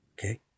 Okay